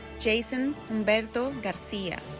jason hunberto garcia